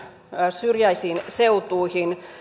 syrjäisiin seutuihin